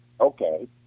Okay